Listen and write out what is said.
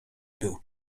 był